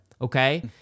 okay